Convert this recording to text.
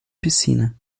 piscina